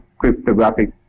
cryptographic